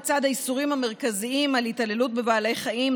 לצד האיסורים המרכזיים על התעללות בבעלי חיים,